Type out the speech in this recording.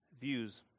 views